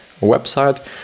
website